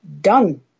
done